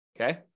okay